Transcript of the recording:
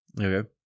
Okay